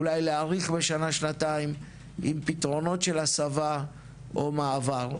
אולי להאריך בשנה-שנתיים עם פתרונות של הסבה או מעבר.